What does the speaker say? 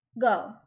Go